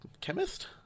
chemist